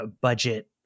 budget